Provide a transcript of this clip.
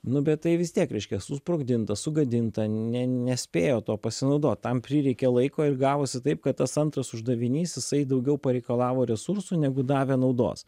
nu bet tai vis tiek reiškia susprogdinta sugadinta ne nespėjo tuo pasinaudot tam prireikė laiko ir gavosi taip kad tas antras uždavinys jisai daugiau pareikalavo resursų negu davė naudos